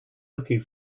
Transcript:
looking